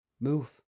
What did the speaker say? move